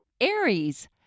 Aries